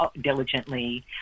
diligently